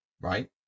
right